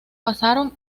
pasaron